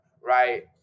right